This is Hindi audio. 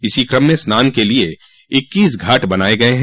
इसी क्रम में स्नान के लिये इक्कीस घाट बनाये गये हैं